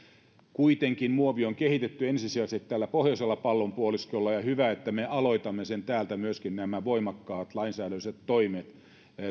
kuitenkin muovi on kehitetty ensisijaisesti täällä pohjoisella pallonpuoliskolla ja on hyvä että me aloitamme täältä myöskin nämä voimakkaat lainsäädännölliset toimet